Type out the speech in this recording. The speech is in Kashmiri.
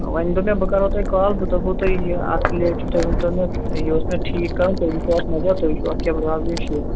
وٕنۍ دوٚپ مےٚ بہٕ کَرَو تۄہہِ کال بہٕ دَپَو تَۄہہِ یہِ اَتھ رِلیٹِڈ تُہۍ وٕنۍ تَو مےٚ یہِ یہِ اوس مےٚ ٹھیٖک کَرُن تُہۍ دِی تَو اَتھ نظر تُہۍ وٕچھو اَتھ کیٛاہ پرابلِم چھِ